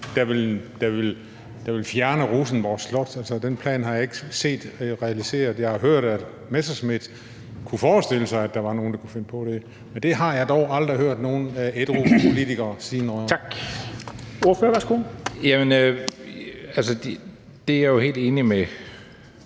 der vil fjerne Rosenborg Slot. Altså, den plan har jeg ikke set realiseret. Jeg har hørt, at Morten Messerschmidt kunne forestille sig, at nogen kunne finde på det, men det har jeg dog aldrig hørt nogen ædru politikere sige noget